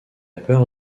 peur